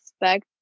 expect